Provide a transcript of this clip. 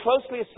closely